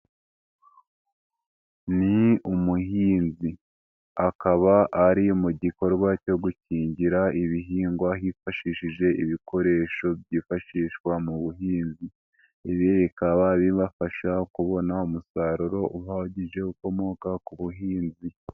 Ni umuhinzi. Akaba ari mu gikorwa cyo gukingira ibihingwa hifashishijwe ibikoresho byifashishwa mu buhinzi. Ibi bikaba bibafasha kubona umusaruro uhagije ukomoka ku buhinzi.